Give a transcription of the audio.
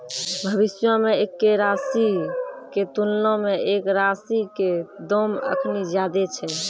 भविष्यो मे एक्के राशि के तुलना मे एक राशि के दाम अखनि ज्यादे छै